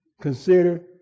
Consider